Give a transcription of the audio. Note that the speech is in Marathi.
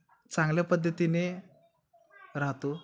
चांगल्या पद्धतीने राहतो